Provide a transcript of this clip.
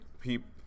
people